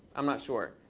i'm not sure.